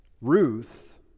Ruth